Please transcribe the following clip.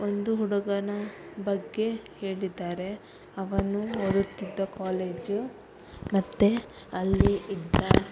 ಒಂದು ಹುಡುಗನ ಬಗ್ಗೆ ಹೇಳಿದ್ದಾರೆ ಅವನು ಓದುತ್ತಿದ್ದ ಕಾಲೇಜು ಮತ್ತು ಅಲ್ಲಿ ಇದ್ದ